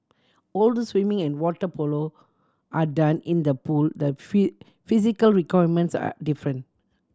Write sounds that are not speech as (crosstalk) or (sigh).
although swimming and water polo are done in the pool the (unintelligible) physical requirements are different